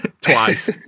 Twice